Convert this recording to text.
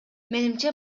менимче